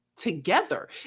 together